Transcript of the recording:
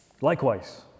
Likewise